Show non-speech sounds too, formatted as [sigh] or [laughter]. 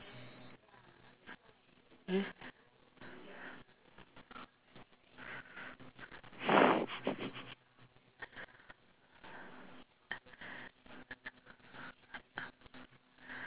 !huh! [laughs]